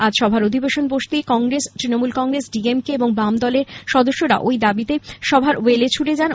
আজ সভার অধিবেশন বসতেই কংগ্রেস তৃণমূল কংগ্রেস ডিএমকে এবং বাম দলের সদস্যররা ওই দাবীতে সভার ওয়েলে ছুটে যান